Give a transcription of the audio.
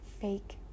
fake